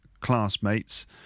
classmates